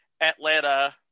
Atlanta